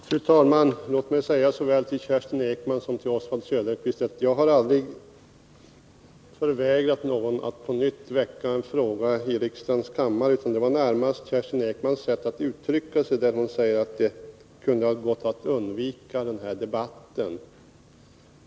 Fru talman! Låt mig säga såväl till Kerstin Ekman som till Oswald Söderqvist att jag aldrig har förvägrat någon att på nytt väcka en fråga i riksdagens kammare. Vad jag sade föranleddes närmast av Kerstin Ekmans sätt att uttrycka sig. Hon sade att det kunde ha gått att undvika den här debatten.